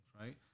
right